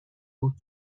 بود